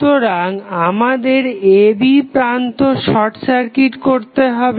সুতরাং আমাদের a b প্রান্ত শর্ট সার্কিট করতে হবে